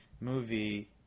movie